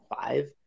five